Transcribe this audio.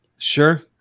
Sure